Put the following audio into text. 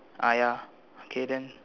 ah ya okay then